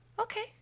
okay